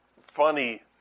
funny